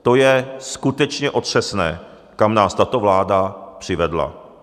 To je skutečně otřesné, kam nás tato vláda přivedla.